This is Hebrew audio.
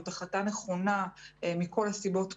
זאת החלטה נכונה מכל הסיבות כולן.